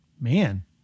man